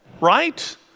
right